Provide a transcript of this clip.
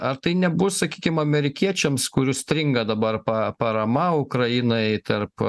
ar tai nebus sakykim amerikiečiams kurių stringa dabar pa parama ukrainai tarp